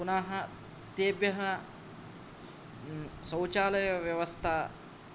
पुनः तेभ्यः शौचालयव्यवस्था